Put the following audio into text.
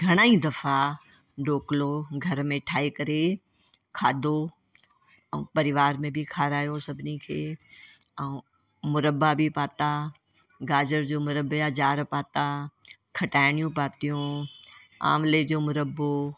घणा ई दफ़ा ढोकलो घर में ठाहे करे खादो ऐं परिवार में बि खारायो सभिनी खे ऐं मुरबा बि पाता गाजर जो मुरबे जा जार पाता खटायणियूं पातियूं आमले जूं मुरबो